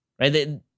right